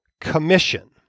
commission